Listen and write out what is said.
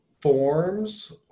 forms